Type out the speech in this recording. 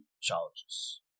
Challenges